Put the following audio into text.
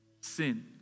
sin